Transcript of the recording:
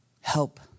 help